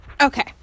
Okay